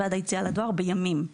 ועד היציאה לדואר בימים,